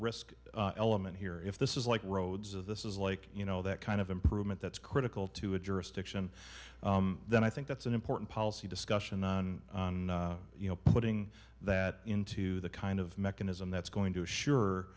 risk element here if this is like roads of this is like you know that kind of improvement that's critical to a jurisdiction then i think that's an important policy discussion and you know putting that into the kind of mechanism that's going to